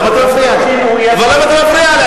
למה אתה מפריע לי?